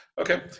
Okay